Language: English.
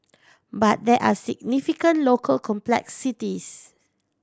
but there are significant local complexities